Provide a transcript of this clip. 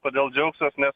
kodėl džiaugsiuos nes